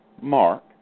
Mark